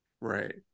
Right